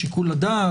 שיקול הדעת,